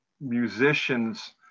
musician's